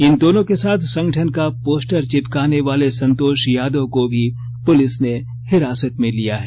इन दोनों के साथ संगठन का पोस्टर चिपकाने वाले संतोष यादव को भी पुलिस ने हिरासत में लिया है